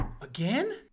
again